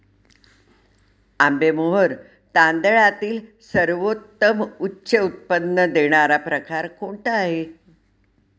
आंबेमोहोर तांदळातील सर्वोत्तम उच्च उत्पन्न देणारा प्रकार कोणता आहे?